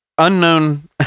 unknown